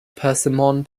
persimmon